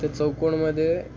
ते चौकोनामध्ये